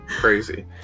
crazy